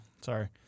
sorry